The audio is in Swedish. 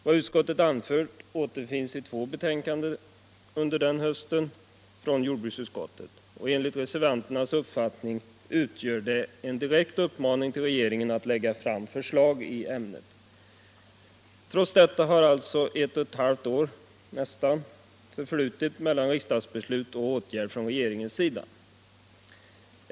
Vad utskottet anfört återfinns i två betänkanden från jordbruksutskottet den hösten. Enligt reservanternas uppfattning utgör det en direkt uppmaning till regeringen att lägga fram förslag i ämnet. Trots detta har alltså nästan ett och ett halvt år förflutit mellan riksdagsbeslut och åtgärd från regeringens sida.